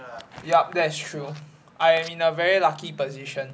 yup that's true I am in a very lucky position